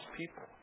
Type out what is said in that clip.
people